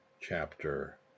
chapter